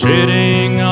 Sitting